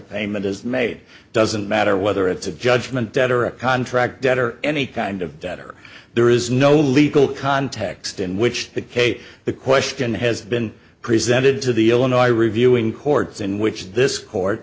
payment is made doesn't matter whether it's a judgment debt or a contract debt or any kind of debt or there is no legal context in which case the question has and presented to the illinois reviewing courts in which this court